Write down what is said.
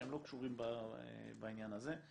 שהם לא קשורים בעניין הזה,